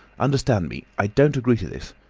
understand me, i don't agree to this.